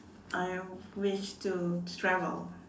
I wish to travel